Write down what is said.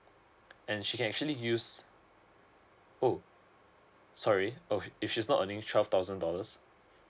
and she can actually use oh sorry if she's not earning twelve thousand dollars